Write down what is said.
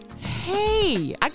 Hey